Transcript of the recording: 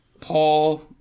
paul